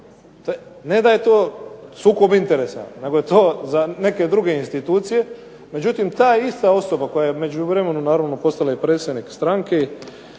Ne da je to sukob interesa nego je to za neke druge institucije. Međutim, ta ista osoba koja je u međuvremenu naravno postala i predsjednik stranke,